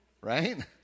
Right